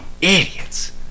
Idiots